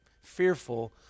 fearful